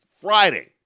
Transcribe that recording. Friday